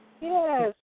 Yes